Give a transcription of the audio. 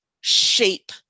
shape